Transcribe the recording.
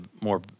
more